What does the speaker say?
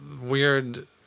Weird